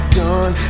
done